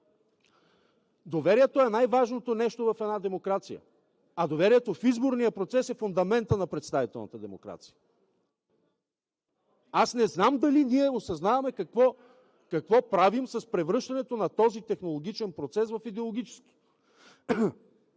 Доверието е най-важното нещо в една демокрация, а доверието в изборния процес е фундаментът на представителната демокрация. Не знам дали ние осъзнаваме какво правим с превръщането на този технологичен процес в идеологически.